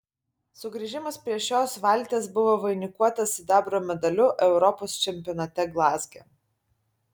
sugrįžimas prie šios valties buvo vainikuotas sidabro medaliu europos čempionate glazge